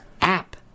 app